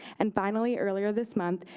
and finally earlier this month,